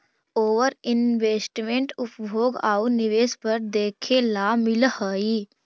ओवर investment उपभोग आउ निवेश पर देखे ला मिलऽ हई